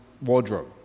wardrobe